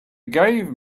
gave